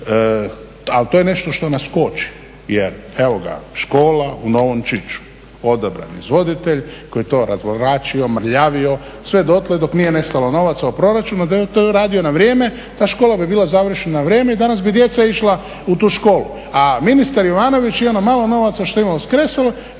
ali to je nešto što nas koči. Jer evo ga škola u Novom Čiču, odabrani izvoditelj koji je to razvlačio, mrljavio sve dotle dok nije nestalo novaca u proračunu. Da je to radio na vrijeme ta škola bi bila završena na vrijeme i danas bi djeca išla u tu školu. A ministar Jovanović i ono malo novaca što je imalo